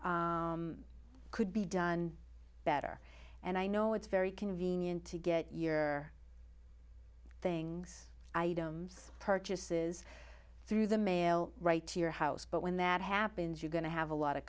could be done better and i know it's very convenient to get your things items purchases through the mail right to your house but when that happens you're going to have a lot of